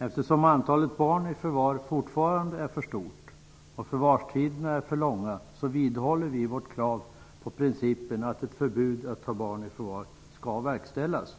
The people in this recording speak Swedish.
Eftersom antalet barn i förvar fortfarande är för stort och förvarstiderna är för långa vidhåller vi vårt krav på att ett förbud att ta barn i förvar skall verkställas.